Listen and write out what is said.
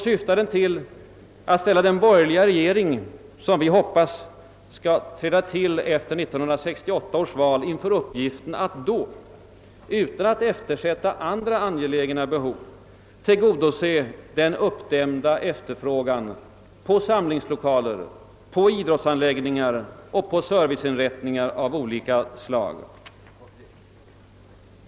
Syftar den till att ställa den borgerliga regering, som vi hoppas skall träda till efter 1968 års val, inför uppgiften att då, utan att eftersätta andra angelägna behov, tillgodose den uppdämda efterfrågan på samlingslokaler, idrottsanläggningar och serviceinrättningar av olika slag?